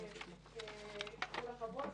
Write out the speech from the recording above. אז כל הכבוד,